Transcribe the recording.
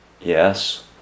Yes